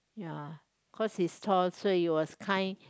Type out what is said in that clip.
ya cause he's tall so it was kind